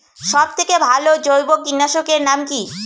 সব থেকে ভালো জৈব কীটনাশক এর নাম কি?